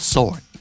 Sword